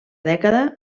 dècada